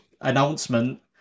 announcement